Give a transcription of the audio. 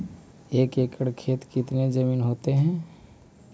एक एकड़ खेत कितनी जमीन होते हैं?